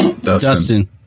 Dustin